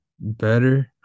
better